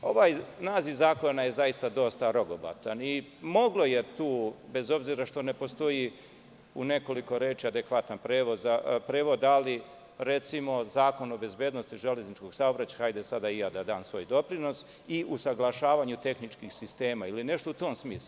Ovaj naziv zakona je dosta rogobatan i moglo je tu, bez obzira što ne postoji u nekoliko reči adekvatan prevod, ali recimo zakon o bezbednosti železničkog saobraćaja, hajde sada i ja da dam svoj doprinos, i usaglašavanje tehničkih sistema, ili nešto u tom smislu.